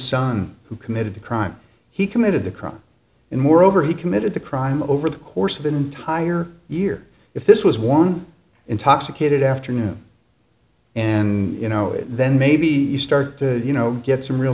son who committed the crime he committed the crime and moreover he committed the crime over the course of an entire year if this was one intoxicated afternoon and you know it then maybe you start to you know get some real